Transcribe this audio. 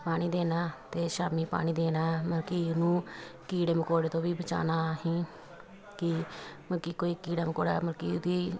ਪਾਣੀ ਦੇਣਾ ਅਤੇ ਸ਼ਾਮੀ ਪਾਣੀ ਦੇਣਾ ਮਲਕੀ ਉਹਨੂੰ ਕੀੜੇ ਮਕੌੜੇ ਤੋਂ ਵੀ ਬਚਾਉਣਾ ਅਸੀਂ ਕੀ ਮਲਕੀ ਕੋਈ ਕੀੜਾ ਮਕੌੜਾ ਮਲਕੀ ਉਹਦੀ